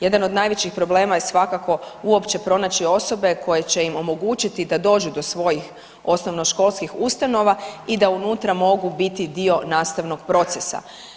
Jedan od najvećih problema je svakako uopće pronaći osobe koje će im omogućiti da dođu do svojih osnovnoškolskih ustanova i da unutra mogu biti dio nastavnog procesa.